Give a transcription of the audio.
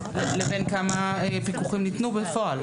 לבין כמה פיקוחים ניתנו בפועל.